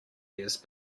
years